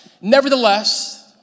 Nevertheless